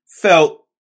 felt